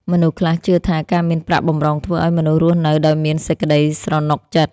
មនុស្សខ្លះជឿថា ការមានប្រាក់បម្រុងធ្វើឱ្យមនុស្សរស់នៅដោយមានសេចក្តីស្រណុកចិត្ត។